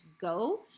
go